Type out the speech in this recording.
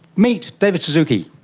meet david suzuki.